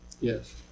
Yes